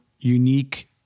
unique